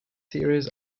theories